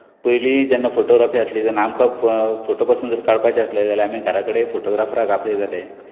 पयलीं जेन्ना फोटोग्राफी आसली तेन्ना आमकां फो फोटो पासून जर काडपाचे आसले जाल्या आमी घरा कडे फोटोग्राफराक आफयताले